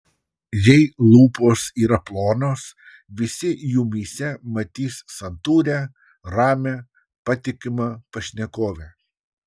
jei lūpos yra plonos visi jumyse matys santūrią ramią patikimą pašnekovę